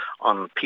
On